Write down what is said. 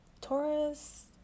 Taurus